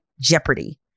jeopardy